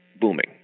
booming